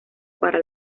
para